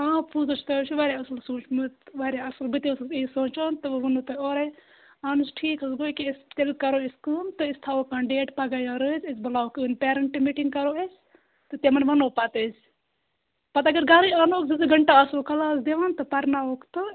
آ پوٚز ہے چھُ تۄہہِ چھُو واریاہ اَصٕل سوٗنٛچمُت واریاہ اَصٕل بہٕ تہِ ٲسٕس یی سونٛچان تہٕ وۅنۍ ووٚنوٕ تۄہہِ اورے اَہَن حظ ٹھیٖک حظ گوٚو یِتھٕ کٔنۍ کرو أسۍ کٲم تہٕ أسۍ تھاوَو کانٛہہ ڈیٹ پَگاہ یا أزۍ أسۍ بُلاوو پیرَنٹ میٖٹِنٛگ کرو أسۍ تہٕ تِمَن وَنو پَتہٕ أسۍ پَتہٕ اگر گَرے اَنہوکھ زٕ زٕ گَنٹہٕ آسہوکھ کٕلاس دِوان تہٕ پَرناوہوکھ تہٕ